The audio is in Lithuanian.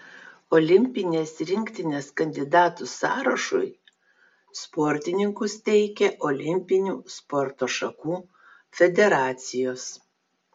olimpinės rinktinės kandidatų sąrašui sportininkus teikia olimpinių sporto šakų federacijos